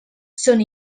són